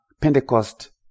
Pentecost